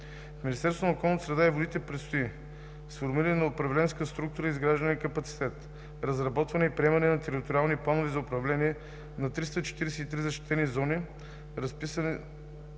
на околната среда и водите предстои: - сформиране на управленска структура и изграждане на капацитет; - разработване и приемане на териториални планове за управление на 343 защитени зони – разписване на